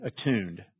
attuned